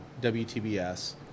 WTBS